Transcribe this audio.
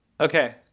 Okay